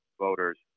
voters